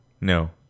No